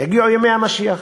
יגיעו ימי המשיח.